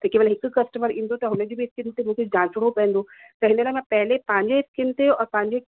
त केवल हिक कस्टमर ईंदो त हुनजी बि स्किन ते मूंखे जांचणो पवंदो हिन लाइ मां पंहिंजे पंहिंजे स्किन ते और पंहिंजे